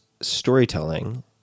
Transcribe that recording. storytelling